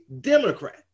democrat